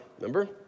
Remember